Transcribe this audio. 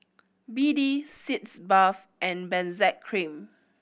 B D Sitz Bath and Benzac Cream